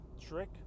trick